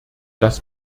das